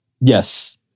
Yes